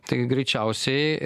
tai greičiausiai